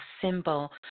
symbol